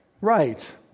right